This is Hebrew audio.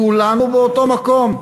כולנו באותו מקום.